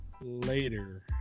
later